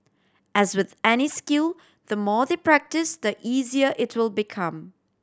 as with any skill the more they practise the easier it will become